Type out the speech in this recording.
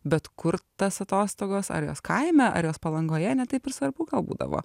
bet kur tas atostogos ar jos kaime ar jos palangoje ne taip ir svarbu būdavo